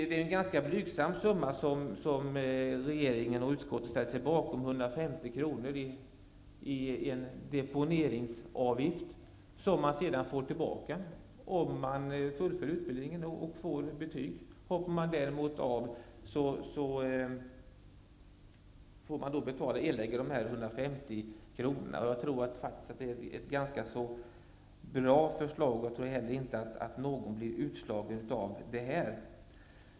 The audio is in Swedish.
Det är en ganska blygsam summa, den avgift som utskottet och regeringen ställer sig bakom -- en deponeringsavgift på 150 kr., som man får tillbaka om man fullföljer utbildningen och får betyg. Om man däremot hoppar av får man erlägga dessa 150 kr. Det är ett ganska bra förslag. Jag tror heller inte att någon blir utslagen av detta.